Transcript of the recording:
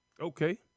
Okay